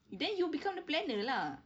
then you become the planner lah